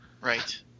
Right